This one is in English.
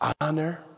honor